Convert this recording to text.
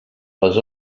les